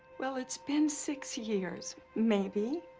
well it's been six years, maybe,